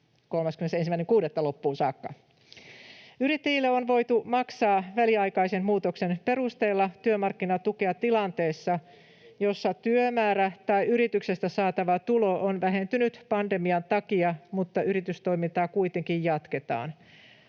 30.6.2021 saakka. Yrittäjille on voitu maksaa väliaikaisen muutoksen perusteella työmarkkinatukea tilanteessa, jossa työmäärä tai yrityksestä saatava tulo on vähentynyt pandemian takia mutta yritystoimintaa kuitenkin jatketaan.